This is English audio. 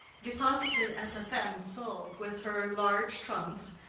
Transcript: deposited as a femme sole with her large trunks,